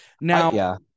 Now